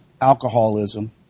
alcoholism